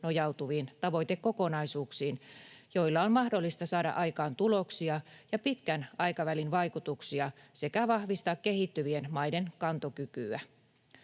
nojautuviin tavoitekokonaisuuksiin, joilla on mahdollista saada aikaan tuloksia ja pitkän aikavälin vaikutuksia sekä vahvistaa kehittyvien maiden kantokykyä.